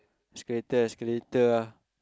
escalator escalator ah